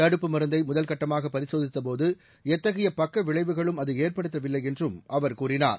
தடுப்பு மருந்தை முதல்கட்டமாக பரிசோதித்தபோது எத்தகைய பக்கவிளைவுகளும் அது ஏற்படுத்தவில்லை என்றும் அவர் கூறினார்